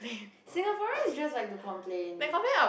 Singaporeans just like to complain